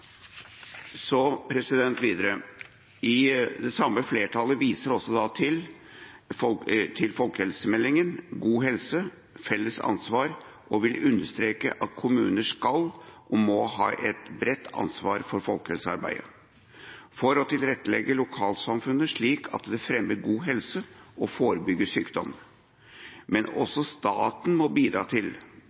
Det samme flertallet viser også til folkehelsemeldingen, God helse – felles ansvar, og vil understreke at kommuner skal og må ha et bredt ansvar for folkehelsearbeidet, for å tilrettelegge lokalsamfunnet slik at det fremmer god helse og forebygger sykdom. Men også staten må bidra